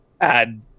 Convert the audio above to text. add